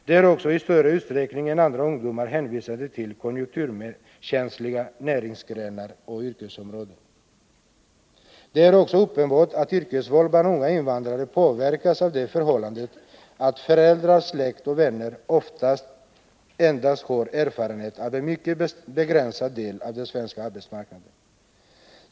De är också i större utsträckning än andra ungdomar hänvisade till konjunkturkänsliga näringsgrenar och yrkesområ den. Det är också uppenbart att yrkesvalet bland unga invandrare påverkas av det förhållandet att föräldrar, släkt och vänner ofta endast har erfarenhet av en mycket begränsad del av den svenska arbetsmarknaden.